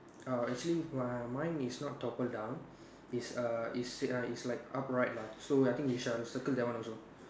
uh actually mi~ mine is not toppled down is err is err is like upright lah so I think we shall circle that one also